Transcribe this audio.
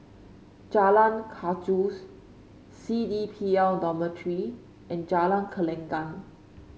Jalan Gajus C D P L Dormitory and Jalan Gelenggang